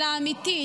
אלא אמיתית,